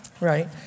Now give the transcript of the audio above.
Right